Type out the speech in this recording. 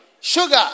sugar